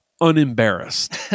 unembarrassed